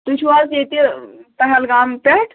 تُہۍ چھُو حظ ییٚتہِ پہلگام پٮ۪ٹھ